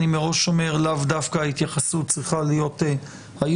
אני מראש אומר שההתייחסות לאו דווקא צריכה להיות היום,